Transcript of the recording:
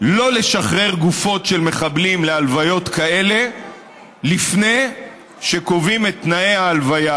לא לשחרר גופות של מחבלים להלוויות כאלה לפני שקובעים את תנאי ההלוויה,